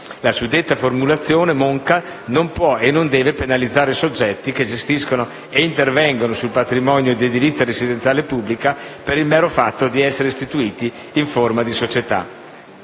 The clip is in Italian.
La suddetta formulazione, per così dire monca, non può e non deve penalizzare soggetti che gestiscono e intervengono sul patrimonio di edilizia residenziale pubblica per il mero fatto di essere istituiti in forma di società.